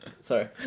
Sorry